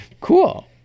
Cool